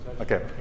Okay